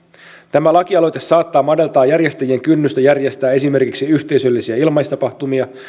tämä lakialoite saattaa madaltaa järjestäjien kynnystä järjestää esimerkiksi yhteisöllisiä ilmaistapahtumia